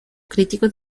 críticos